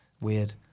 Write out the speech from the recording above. Weird